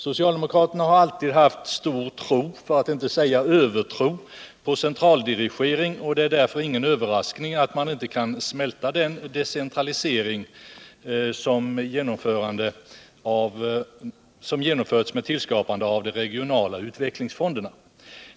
Socialdemokraterna har alltid haft stor tro, för att inte säga övertro, till centraldirigering. Det är därför ingen överraskning att man inte kan smälta den decentralisering som genomfördes genom tillskapandet av de regionala utvecklingsfonderna.